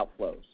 outflows